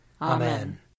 Amen